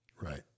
Right